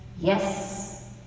Yes